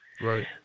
Right